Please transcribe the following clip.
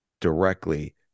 directly